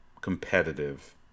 competitive